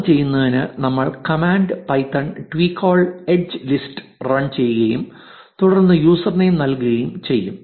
അത് ചെയ്യുന്നതിന് നമ്മൾ command python twecoll edge list run ചെയ്യുകയും തുടർന്ന് യൂസർ നെയിം നൽകുകയും ചെയ്യും